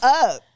up